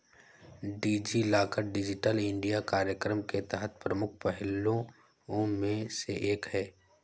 DigiLocker digital India कार्यक्रम के तहत प्रमुख पहलों में से एक है